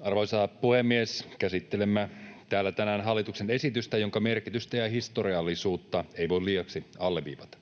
Arvoisa puhemies! Käsittelemme täällä tänään hallituksen esitystä, jonka merkitystä ja historiallisuutta ei voi liiaksi alleviivata.